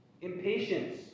Impatience